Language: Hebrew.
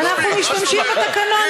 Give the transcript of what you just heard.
ואנחנו משתמשים בתקנון,